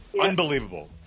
unbelievable